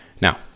Now